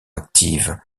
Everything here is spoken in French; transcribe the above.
active